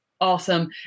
Awesome